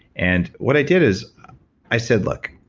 and what i did is i said, look.